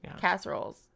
casseroles